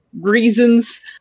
reasons